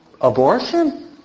abortion